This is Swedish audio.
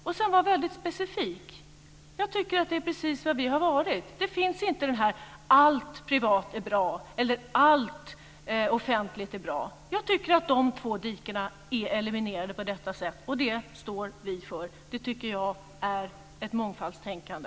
Man kan vara mycket specifik, och det har vi varit. Vi säger inte att allt privat är bra eller att allt offentligt är bra. Vi har undvikit att falla i de två dikena. Jag tycker att också detta är ett mångfaldstänkande.